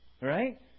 Right